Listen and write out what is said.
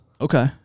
Okay